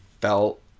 felt